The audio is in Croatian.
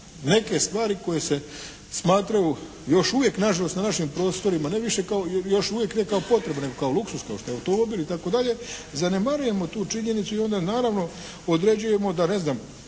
neke stvari koje se smatraju još uvijek na žalost na našim prostorima ne više kao, još uvijek ne kao potreba nego kao luksuz kao što je automobil itd. zanemarujemo tu činjenicu i onda naravno određujemo da ne znam